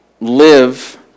live